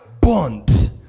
Bond